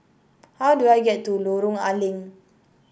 how do I get to Lorong A Leng